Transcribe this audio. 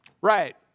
Right